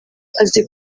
azi